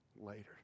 later